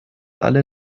alle